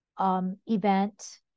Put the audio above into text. event